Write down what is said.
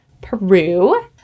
Peru